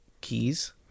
keys